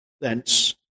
thence